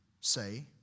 say